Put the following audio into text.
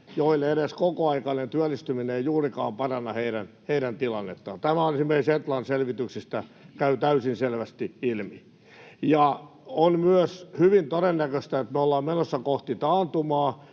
joilla edes kokoaikainen työllistyminen ei juurikaan paranna heidän tilannettaan. Tämä esimerkiksi Etlan selvityksistä käy täysin selvästi ilmi. On myös hyvin todennäköistä, että me olemme menossa kohti taantumaa,